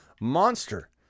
monster